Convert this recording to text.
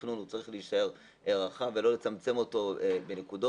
התכנון צריך להישאר רחב ולא לצמצם אותו בנקודות.